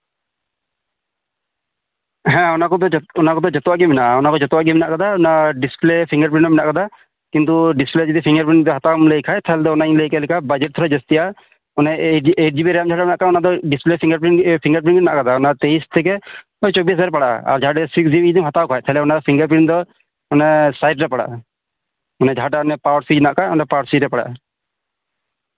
ᱦᱮᱸ ᱚᱱᱟ ᱠᱚᱫᱚ ᱡᱚᱛᱚᱣᱟᱜ ᱜᱮ ᱢᱮᱱᱟᱜᱼᱟ ᱚᱱᱟ ᱠᱚᱫᱚ ᱡᱚᱛᱚᱣᱟᱜ ᱢᱮᱱᱟᱜ ᱟᱠᱟᱫᱟ ᱚᱱᱟ ᱰᱤᱥᱯᱞᱮ ᱯᱷᱤᱝᱜᱟᱨ ᱯᱨᱤᱱᱴ ᱢᱮᱱᱟᱜ ᱟᱠᱟᱫᱟ ᱠᱤᱱᱛᱩ ᱰᱤᱥᱯᱞᱮ ᱛᱮ ᱯᱷᱤᱝᱜᱟᱨ ᱯᱨᱤᱱᱴ ᱦᱟᱛᱟᱣᱮᱢ ᱞᱟᱹᱭ ᱠᱷᱟᱡ ᱚᱱᱮᱧ ᱞᱟᱹᱭ ᱠᱮᱫ ᱞᱮᱠᱟ ᱵᱟᱡᱮᱴ ᱛᱷᱚᱲᱟ ᱡᱟᱥᱛᱤᱜᱼᱟ ᱚᱱᱟ ᱮᱭᱤᱴ ᱡᱤᱵᱤ ᱨᱮᱢ ᱨᱮᱫᱚ ᱯᱷᱤᱝᱜᱟᱨ ᱯᱨᱤᱱᱴ ᱢᱮᱱᱟᱜ ᱠᱟᱫᱟ ᱚᱱᱟ ᱛᱮᱭᱤᱥ ᱛᱷᱮᱠᱮ ᱪᱚᱵᱵᱤᱥ ᱦᱟᱡᱟᱨ ᱯᱟᱲᱟᱜᱼᱟ ᱟᱨ ᱡᱟᱦᱟᱸ ᱫᱚ ᱥᱤᱠᱥ ᱡᱤᱵᱤᱢ ᱦᱟᱛᱟᱣ ᱠᱷᱟᱡ ᱛᱟᱞᱦᱮ ᱯᱷᱤᱝᱜᱟᱨ ᱯᱨᱤᱱᱴ ᱫᱚ ᱚᱱᱮ ᱥᱟᱭᱤᱴ ᱨᱮ ᱯᱟᱲᱟᱜᱼᱟ ᱡᱟᱦᱟᱸᱴᱟᱜ